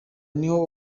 niho